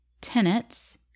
tenets